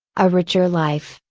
a richer life,